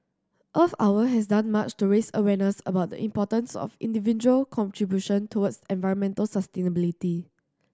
Earth Hour has done much to raise awareness about the importance of individual contribution towards environmental sustainability